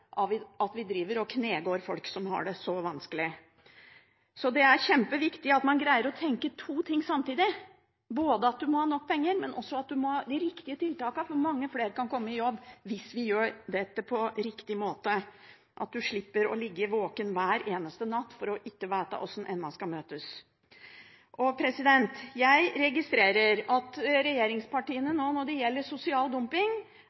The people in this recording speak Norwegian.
av at vi driver og knegår folk som har det så vanskelig. Det er kjempeviktig at man greier å tenke to ting samtidig – både at man må ha nok penger og at man må ha de riktige tiltakene. Mange flere kan komme i jobb hvis vi gjør dette på riktig måte, så man slipper å ligge våken hver eneste natt fordi man ikke vet hvordan endene skal møtes. Jeg registrerer at regjeringspartiene nå når det gjelder sosial dumping,